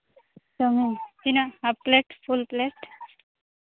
chowmein ᱛᱤᱱᱟᱹᱜ half plate full plate